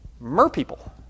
merpeople